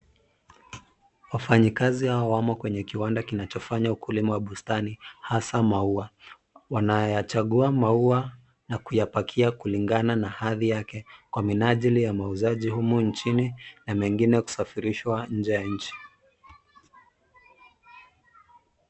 Wafanyikazi hawa wamo kwenye kiwanda kinachofanya ukulima bustani, hasa maua. Wanayachagua maua na kuyapakia kulingana na hadhi yake kwa minajili ya mauzaji humu nchini na mengine kusafirishwa nje ya nchi.